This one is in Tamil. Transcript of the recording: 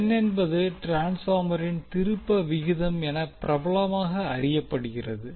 n என்பது ட்ரான்ஸ்பார்மரின் திருப்ப விகிதம் என பிரபலமாக அறியப்படுகிறது